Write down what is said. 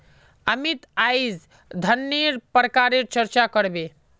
अमित अईज धनन्नेर प्रकारेर चर्चा कर बे